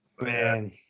man